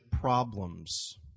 problems